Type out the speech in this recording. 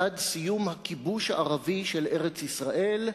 בעד סיום הכיבוש הערבי של ארץ-ישראל,